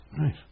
Right